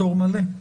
פטור מלא.